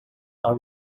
are